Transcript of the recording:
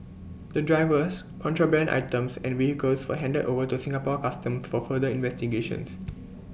the drivers contraband items and vehicles were handed over to Singapore Customs for further investigations